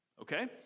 Okay